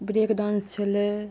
brake dance छलै